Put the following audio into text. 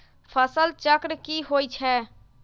फसल चक्र की होई छै?